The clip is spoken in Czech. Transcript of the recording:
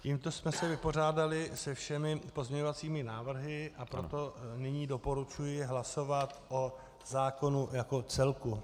Tímto jsme se vypořádali se všemi pozměňovacími návrhy, a proto nyní doporučuji hlasovat o zákonu jako celku.